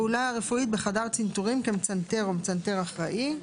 פעולה רפואית בחדר צנתורים כמצנתר או מצנתר אחראי,